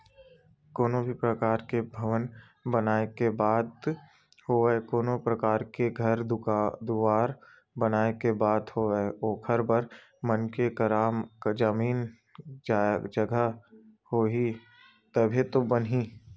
कोनो भी परकार के भवन बनाए के बात होवय कोनो परकार के घर दुवार बनाए के बात होवय ओखर बर मनखे करा जमीन जघा होही तभे तो बनही